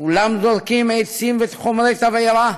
כולם זורקים עצים וחומרי תבערה